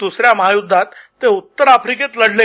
दुसऱ्या महायुद्वात ते उत्तर आफ्रिकेत लढले